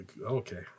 okay